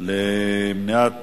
למניעת